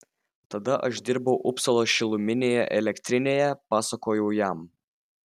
tada aš dirbau upsalos šiluminėje elektrinėje pasakojau jam